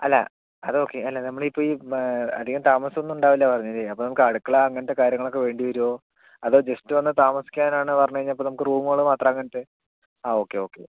അല്ല അത് ഓക്കെ അല്ല നമ്മളിപ്പോൾ ഈ അധികം താമസമൊന്നും ഉണ്ടാവില്ലെന്നു പറഞ്ഞില്ലേ അപ്പോൾ നമുക്ക് അടുക്കള അങ്ങനത്തെ കാര്യങ്ങളൊക്കെ വേണ്ടി വരുവോ അതോ ജസ്റ്റ് വന്ന് താമസിക്കാനാണോ പറഞ്ഞുകഴിഞ്ഞാൽ അപ്പോൾ നമുക്ക് റൂമുകൾ മാത്രം അങ്ങനത്തെ ആ ഓക്കെ ഓക്കെ